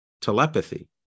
telepathy